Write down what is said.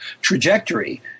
trajectory